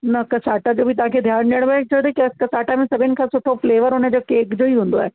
न कसाटा जो बि तव्हांखे ध्यानु ॾियणो आहे छो त क कसाटा में सभिनि खां सुठो फ़्लेवर हुनजो केक जो ई हूंदो आहे